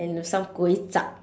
and with some kway chap